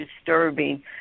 disturbing